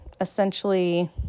essentially